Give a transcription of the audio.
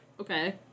Okay